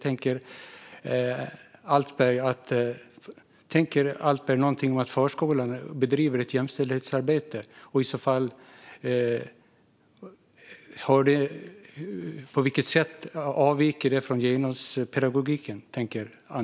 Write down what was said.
Tänker han något om att förskolan bedriver ett jämställdhetsarbete, och på vilket sätt avviker det i så fall från genuspedagogiken?